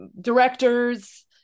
directors